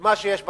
מה שיש בתקציב.